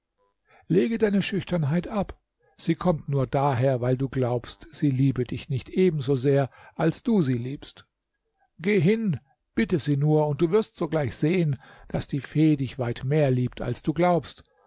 lege deine schüchternheit ab sie kommt nur daher weil du glaubst sie liebe dich nicht ebenso sehr als du sie liebst geh hin bitte sie nur und du wirst sogleich sehen daß die fee dich weit mehr liebt als du glaubst